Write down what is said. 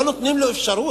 לא נותנים לו אפשרות?